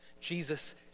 Jesus